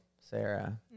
Sarah